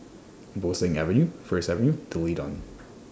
Bo Seng Avenue First Avenue D'Leedon